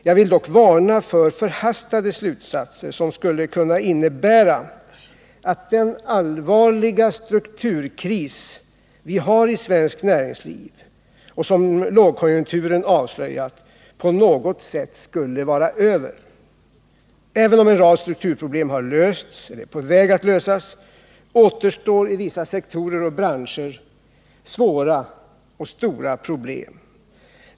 Jag vill dock varna för förhastade slutsatser, som skulle kunna innebära att den allvarliga strukturkris vi har i svenskt näringsliv och som lågkonjunkturen avslöjar, på något sätt skulle vara över. Även om en rad strukturproblem har lösts eller är på väg att lösas, återstår inom vissa sektorer och branscher svåra och stora problem.